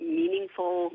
meaningful